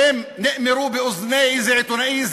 ואם הם נאמרו באוזני איזה עיתונאי,